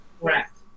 Correct